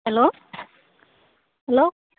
hello hello